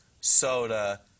soda